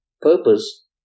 purpose